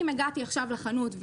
אם הגעתי עכשיו לחנות,